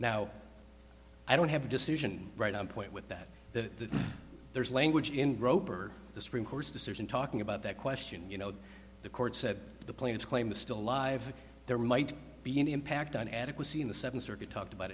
now i don't have a decision right on point with that that there's language in rope for the supreme court's decision talking about that question you know the court said the plaintiffs claim is still alive there might be any impact on adequacy in the seventh circuit talked about